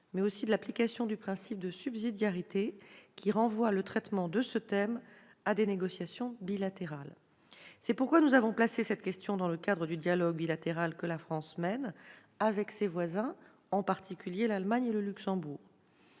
mais aussi de l'application du principe de subsidiarité, qui renvoie le traitement de ce thème à des négociations bilatérales. C'est pourquoi nous avons décidé d'étudier cette question dans le cadre du dialogue bilatéral que la France mène avec ses voisins, en particulier avec l'Allemagne et le Luxembourg.